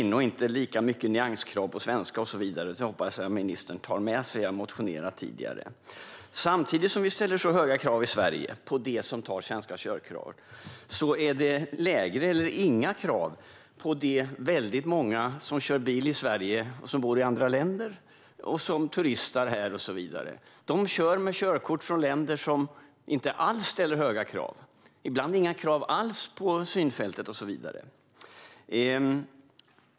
Det borde inte vara lika mycket nyanskrav som det är nu vad gäller svenska och så vidare. Det hoppas jag att ministern tar med sig. Jag har tidigare motionerat om detta. Samtidigt som vi ställer höga krav i Sverige på dem som tar svenska körkort är det lägre eller inga krav på dem väldigt många som kör bil i Sverige och som bor i andra länder, turistar här och så vidare. De kör med körkort från länder som inte alls ställer höga krav och ibland inga krav alls på synfältet och så vidare.